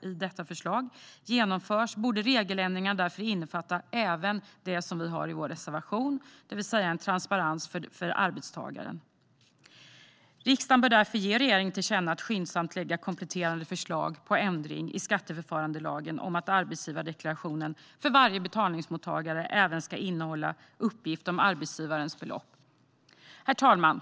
i detta förslag, genomförs borde regeländringarna därför innefatta även det som finns med i vår reservation, det vill säga en transparens för arbetstagaren. Riksdagen bör därför tillkännage för regeringen att man skyndsamt ska lägga fram kompletterande förslag på ändring i skatteförfarandelagen om att arbetsgivardeklarationen för varje betalningsmottagare även ska innehålla uppgift om arbetsgivaravgiftens belopp. Herr talman!